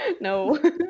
No